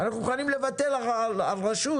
אנחנו מוכנים לוותר על רשות,